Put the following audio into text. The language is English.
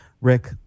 Rick